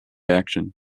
action